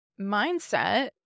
mindset